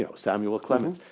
you know samuel clemens.